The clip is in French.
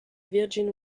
virgin